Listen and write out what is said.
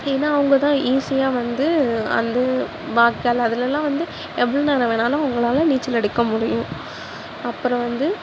ஏன்னால் அவுங்கதான் ஈசியாக வந்து அது வாய்க்கால் அதிலல்லாம் வந்து எவ்வளோ நேரம் வேணாலும் அவங்களால் நீச்சல் அடிக்க முடியும் அப்புறோம் வந்து